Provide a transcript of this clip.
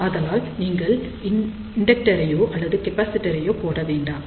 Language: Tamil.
ஆதலால் நீங்கள் இண்டெக்டரையோ அல்லது கெப்பாசிட்டரையோ போட வேண்டாம்